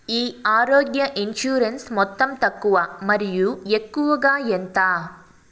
ఈ ఆరోగ్య ఇన్సూరెన్సు మొత్తం తక్కువ మరియు ఎక్కువగా ఎంత?